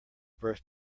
birth